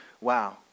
wow